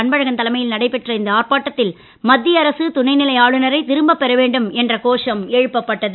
அன்பழகன் தலைமையில் நடைபெற்ற இந்த ஆர்ப்பாட்டத்தில் மத்திய அரசு துணைநிலை ஆளுநரை திரும்பப் பெற வேண்டும் என்ற கோஷம் எழுப்பப்பட்டது